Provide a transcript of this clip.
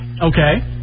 Okay